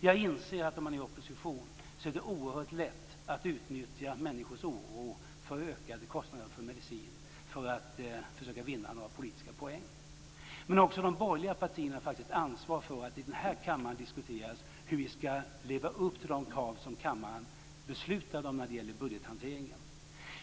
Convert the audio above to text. Jag inser att det är oerhört lätt om man är i opposition att utnyttja människors oro för ökade kostnader för medicin för att försöka vinna politiska poänger. Men också de borgerliga partierna har faktiskt ansvar för att i den här kammaren diskutera hur vi skall leva upp till de krav som kammaren beslutade om när det gäller budgethanteringen.